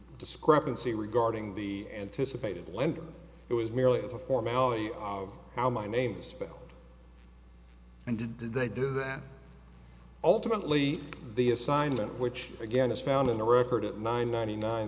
discrepancy regarding the anticipated lender it was merely a formality of how my name is spelt and did they do that ultimately the assignment which again is found in the record at nine ninety nine